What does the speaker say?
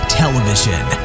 television